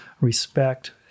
respect